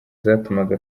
zatumaga